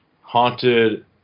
haunted